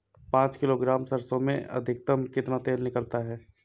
पाँच किलोग्राम सरसों में अधिकतम कितना तेल निकलता है?